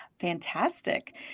Fantastic